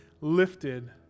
lifted